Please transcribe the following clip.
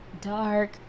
dark